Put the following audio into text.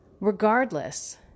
Regardless